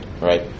right